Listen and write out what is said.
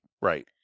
Right